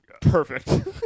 perfect